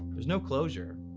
there's no closure.